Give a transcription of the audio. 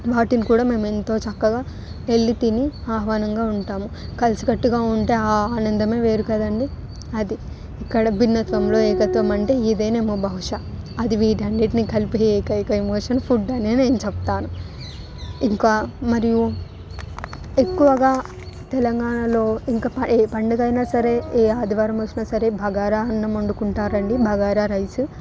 వాటిని కూడా మేము ఎంతో చక్కగా వెళ్ళి తిని ఆహ్వానంగా ఉంటాము కలిసికట్టుగా ఉంటే ఆ ఆనందమే వేరు కదండి అది ఇక్కడ భిన్నత్వంలో ఏకత్వం అంటే ఇదేనేమో బహుశా అది వీటి అన్నింటినీ కలిపే ఏకైక ఎమోషన్ ఫుడ్ అనే నేను చెప్తాను ఇంకా మరియు ఎక్కువగా తెలంగాణలో ఇంకా ఏ పండుగ అయినా సరే ఏ ఆదివారం వచ్చిన సరే బాగారా అన్నం వండుకుంటారండి బాగారా రైస్